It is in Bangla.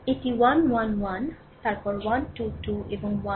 এটি 1 1 1 তারপর 1 2 2 এবং 1n